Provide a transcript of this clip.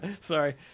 sorry